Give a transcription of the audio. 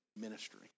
ministry